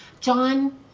John